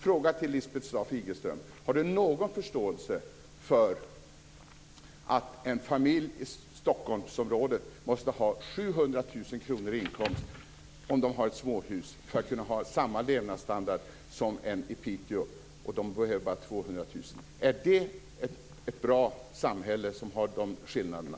Frågan till Lisbeth Staaf-Igelström är: Har hon någon förståelse för att en familj i Stockholmsområdet måste ha 700 000 kr i inkomst om de har ett småhus för att kunna ha samma levnadsstandard som en familj i Piteå, som bara behöver 200 000 kr i inkomst? Är det ett bra samhälle som har de skillnaderna?